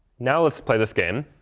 now let's play this game.